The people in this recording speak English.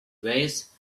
ways